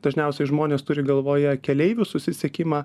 dažniausiai žmonės turi galvoje keleivių susisiekimą